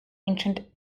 ancient